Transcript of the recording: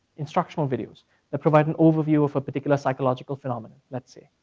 instructional videos that provide an overview of a particular psychological phenomenon. that's it.